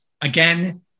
Again